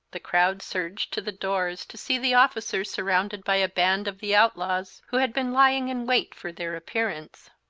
the crowd surged to the doors, to see the officers surrounded by a band of the outlaws who had been lying in wait for their appearance,